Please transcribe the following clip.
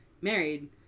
married